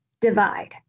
divide